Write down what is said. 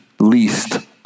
least